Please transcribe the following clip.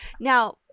Now